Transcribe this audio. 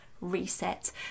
reset